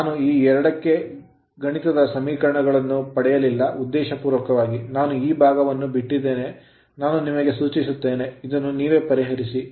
ನಾನು ಈ ಎರಡಕ್ಕೆ ಗಣಿತದ ಸಮೀಕರಣಗಳನ್ನು ಪಡೆಯಲಿಲ್ಲ ಉದ್ದೇಶಪೂರ್ವಕವಾಗಿ ನಾನು ಆ ಭಾಗವನ್ನು ಬಿಟ್ಟಿದ್ದೇನೆ ನಾನು ನಿಮಗೆ ಸೂಚಿಸುತ್ತೇನೆ ಇದನ್ನು ನೀವೇ ಪರಿಹರಿಸಿ